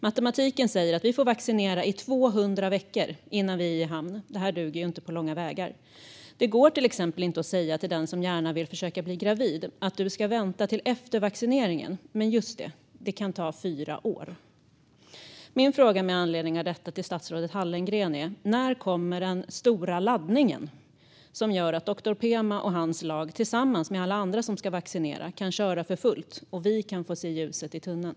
Matematiken säger att vi får vaccinera i 200 veckor innan vi är i hamn. Det duger inte på långa vägar. Det går till exempel inte att säga till den som gärna vill försöka bli gravid att hon ska vänta till efter vaccineringen, men, just det, det kan ta fyra år. Med fråga till statsrådet Hallengren med anledning av detta är: När kommer den stora laddningen som gör att doktor Pema och hans lag tillsammans med alla andra som ska vaccinera kan göra det för fullt, och vi kan få se ljuset i tunneln?